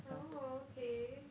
oh okay